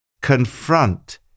Confront